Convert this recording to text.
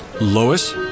Lois